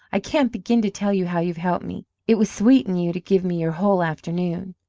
i can't begin to tell you how you've helped me. it was sweet in you to give me your whole afternoon.